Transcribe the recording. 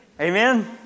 Amen